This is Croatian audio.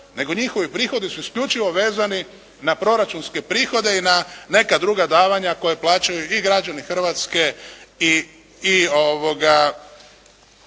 nego njihovi prihodi su isključivo vezani na proračunske prihode i na neka druga davanja koja plaćaju i građani Hrvatske i